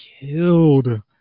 killed